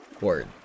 Word